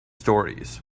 stories